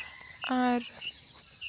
ᱟᱨ